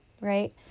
right